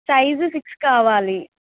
size six కావాలి